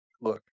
Look